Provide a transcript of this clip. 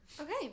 Okay